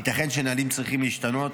ייתכן שנהלים צריכים להשתנות,